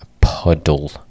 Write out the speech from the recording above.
puddle